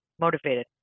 motivated